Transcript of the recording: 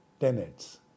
Tenets